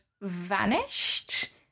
vanished